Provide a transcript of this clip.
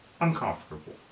uncomfortable